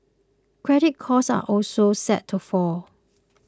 credit costs are also set to fall